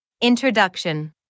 Introduction